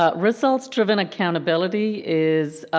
ah results driven accountability is